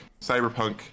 cyberpunk